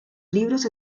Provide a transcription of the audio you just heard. libros